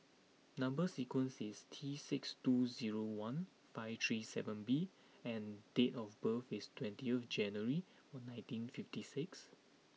number sequence is T six two zero one five three seven B and date of birth is twentieth January one nineteen fifty six